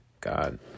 God